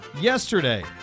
Yesterday